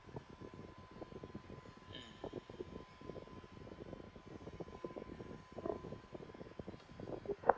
mm